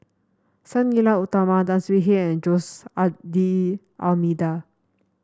Sang Nila Utama Tan Swie Hian and Jose D'Almeida